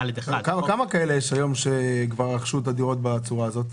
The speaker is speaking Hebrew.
כמה כאלה יש היום שכבר רכשו את הדירות בצורה הזאת?